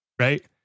right